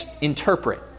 interpret